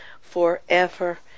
forever